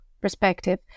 perspective